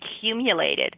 accumulated